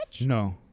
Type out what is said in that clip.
No